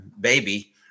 baby